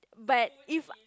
but if